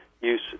use